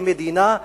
כמדינה,